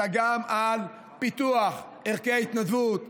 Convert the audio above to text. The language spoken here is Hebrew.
אלא גם על פי פיתוח ערכי ההתנדבות,